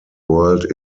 world